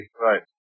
Right